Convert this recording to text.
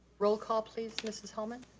roll call, please, mrs. hullman.